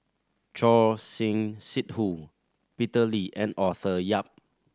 Choor Singh Sidhu Peter Lee and Arthur Yap